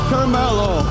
Carmelo